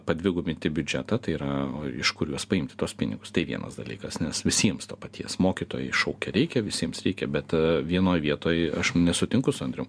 padvigubinti biudžetą tai yra iš kur juos paimti tuos pinigus tai vienas dalykas nes visiems to paties mokytojai šaukia reikia visiems reikia bet vienoj vietoj aš nesutinku su andrium